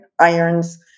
irons